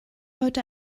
heute